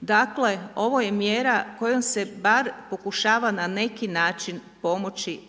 Dakle, ovo je mjera, kojom se bar pokušava na neki način pomoći,